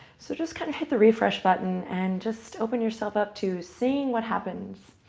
so just kind of hit the refresh button, and just open yourself up to seeing what happens.